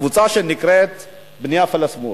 הקבוצה שנקראת בני הפלאשמורה.